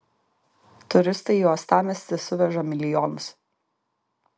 turistai į uostamiestį suveža milijonus